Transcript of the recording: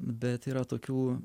bet yra tokių